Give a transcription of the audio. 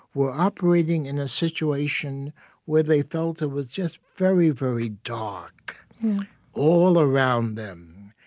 were operating in a situation where they felt it was just very, very dark all around them.